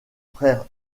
frère